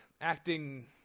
acting